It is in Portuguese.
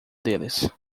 deles